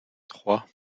trois